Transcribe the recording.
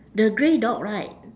the grey dog right